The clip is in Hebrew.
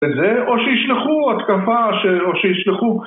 וזה או שישלחו התקפה ש..או שישלחו